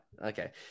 okay